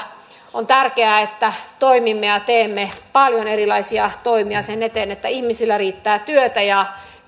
on tärkeää että toimimme ja teemme paljon erilaisia toimia sen eteen että ihmisillä riittää työtä ja